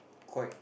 quite